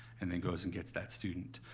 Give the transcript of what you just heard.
and then goes and gets that student.